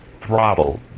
throttle